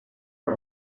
are